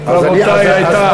רבותי, היא הייתה.